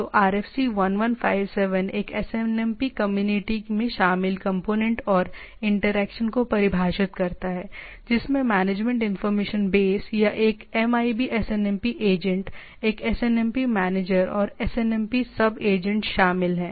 तो RFC 1157 एक SNMP community में शामिल कंपोनेंट और इंटरैक्शन को परिभाषित करता है जिसमें मैनेजमेंट इनफॉरमेशन बेस या एक MIB SNMP एजेंट एक SNMP मैनेजर और SNMP सब एजेंट्स शामिल हैं